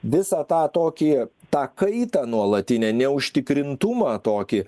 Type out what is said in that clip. visą tą tokį tą kaitą nuolatinę neužtikrintumą tokį